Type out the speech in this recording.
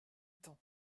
temps